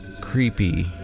creepy